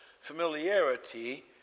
familiarity